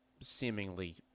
seemingly